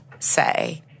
say